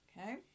Okay